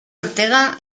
ortega